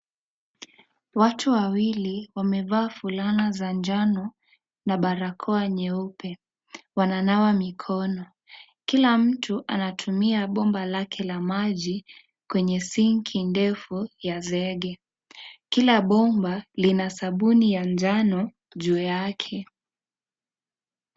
Watu wawili wamevaa fulana za njano na barakoa nyeupe wananawa mikono. Kila mtu anatumia bomba lake la maji kwenye sinki ndefu ya seege ,Kila bomba lina sabuni ya njano juu yake .